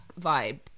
vibe